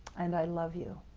and i love you.